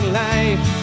life